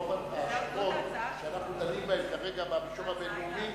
רוב ההאשמות שאנחנו דנים בהן כרגע במישור הבין-לאומי